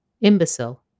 Imbecile